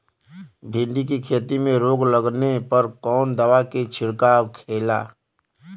भिंडी की खेती में रोग लगने पर कौन दवा के छिड़काव खेला?